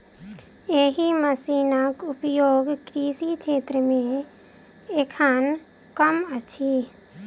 एहि मशीनक उपयोग कृषि क्षेत्र मे एखन कम अछि